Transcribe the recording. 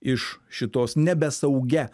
iš šitos nebesaugia